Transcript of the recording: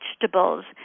vegetables